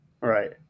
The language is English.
Right